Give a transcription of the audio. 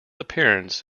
appearance